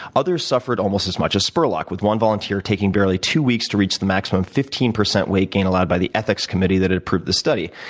others suffered almost as much as spurlock with one volunteer taking barely two weeks to reach the maximum fifteen percent weight gain allowed by the ethics committee that approved the study.